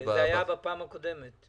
זה עלה בפעם הקודמת.